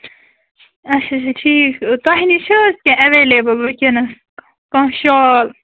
اَچھا اَچھا ٹھیٖک تۄہہِ نِش چھِ حظ کیٚنٛہہ ایٚویلیبُل وُنکٮ۪نَس کانٛہہ شال